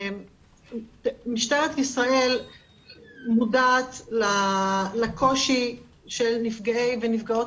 משטרת ישראל מודעת לקושי של נפגעי ונפגעות